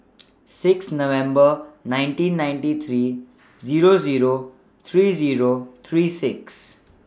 six November nineteen ninety three Zero Zero three Zero three six